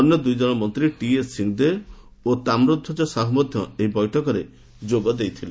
ଅନ୍ୟ ଦୁଇଜଣ ମନ୍ତ୍ରୀ ଟିଏସ୍ ସିଂହଦେଓ ଓ ତାମ୍ରଧ୍ୱଜ ସାହୁ ମଧ୍ୟ ଏହି କ୍ୟାବିନେଟ୍ ବୈଠକରେ ଯୋଗଦେଇଥିଲେ